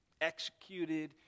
executed